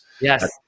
Yes